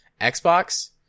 Xbox